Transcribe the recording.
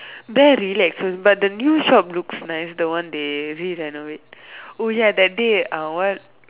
there really expensive but the new shop looks nice the one they re-renovate oh ya that day uh what